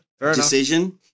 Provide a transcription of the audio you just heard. Decision